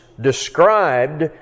described